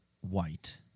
White